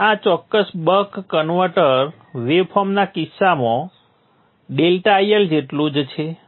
હવે આ ચોક્કસ બક કન્વર્ટર વેવફોર્મના કિસ્સામાં ∆IL જેટલું જ છે